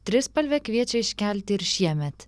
trispalvę kviečia iškelti ir šiemet